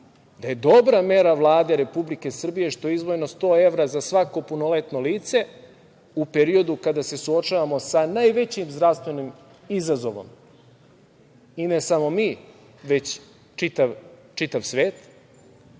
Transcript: da je dobra mera Vlade Republike Srbije što je izdvojeno 100 evra za svako punoletno lice u periodu kada se suočavamo sa najvećim zdravstvenim izazovom, i ne samo mi, već čitav